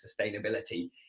sustainability